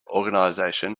organisation